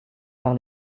par